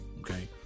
Okay